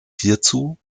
hierzu